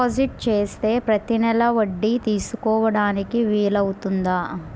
Deposit చేస్తే ప్రతి నెల వడ్డీ తీసుకోవడానికి వీలు అవుతుందా?